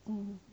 嗯